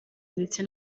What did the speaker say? ndetse